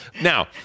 Now –